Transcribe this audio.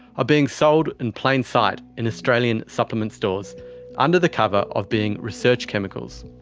being sold in plain sight in australian supplement stores under the cover of being research chemicals.